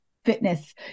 Fitness